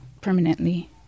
permanently